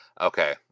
Okay